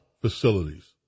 facilities